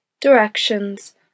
Directions